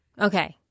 Okay